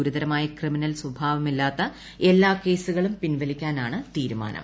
ഗുരുതരമായ ക്രിമിനൽ സ്വഭാവമില്ലാത്ത എല്ലാ കേസുകളും പിൻവലിക്കാനാണ് തീരുമാനം